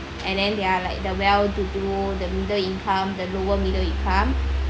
and then there are like the well to do the middle income the lower middle income